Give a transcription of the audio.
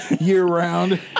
year-round